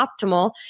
optimal